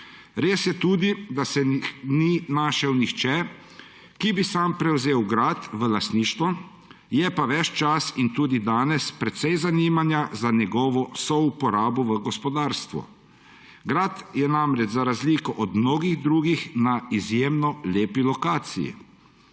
Res je tudi, da se ni našel nihče, ki bi sam prevzel grad v lastništvo, je pa ves čas in tudi danes precej zanimanja za njegovo souporabo v gospodarstvu. Grad je namreč za razliko od mnogih drugih na izjemno lepi lokaciji.